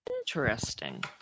interesting